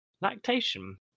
Lactation